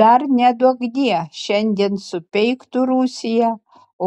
dar neduokdie šiandien supeiktų rusiją